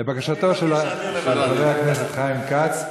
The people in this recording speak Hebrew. לבקשתו של חבר הכנסת חיים כץ,